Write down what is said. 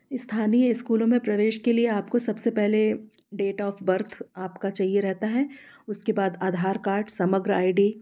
स्थानीय स्कूलों में प्रवेश के लिए आपको सबसे पहले डेट ऑफ बर्थ आपका चाहिए रहता है उसके बाद Aadhaar card Samagra I D